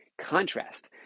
contrast